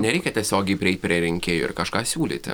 nereikia tiesiogiai prieit prie rinkėjų ir kažką siūlyti